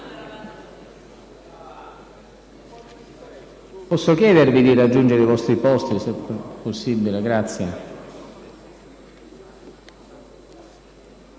Posso chiedervi di raggiungere i vostri posti, se possibile? Grazie.